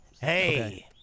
Hey